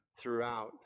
throughout